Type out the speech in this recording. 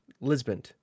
Lisbon